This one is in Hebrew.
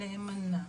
נאמנה,